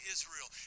Israel